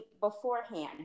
beforehand